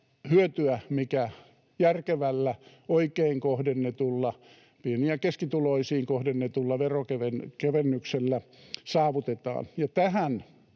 hyötyä, mikä järkevällä, oikein kohdennetulla — pieni‑ ja keskituloisiin kohdennetulla — veronkevennyksellä saavutetaan,